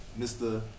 Mr